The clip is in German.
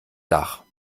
dach